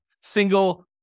single